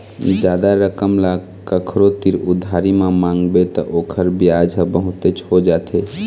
जादा रकम ल कखरो तीर उधारी म मांगबे त ओखर बियाज ह बहुतेच हो जाथे